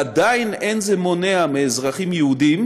עדיין אין זה מונע מאזרחים יהודים